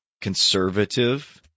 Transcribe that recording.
conservative